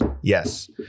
Yes